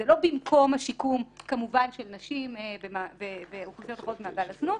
זה לא במקום השיקום כמובן של נשים ואוכלוסיות אחרות במעגל הזנות,